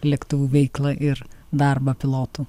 lėktuvų veiklą ir darbą pilotų